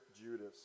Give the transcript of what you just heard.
Judas